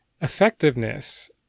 effectiveness